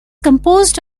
composed